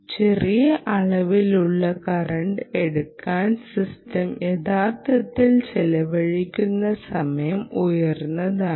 ചെറിയ അളവിലുള്ള കറന്റ് എടുക്കാർ സിസ്റ്റം യഥാർത്ഥത്തിൽ ചെലവഴിക്കുന്ന സമയം ഉയർന്നതാണ്